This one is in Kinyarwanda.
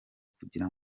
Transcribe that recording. kugira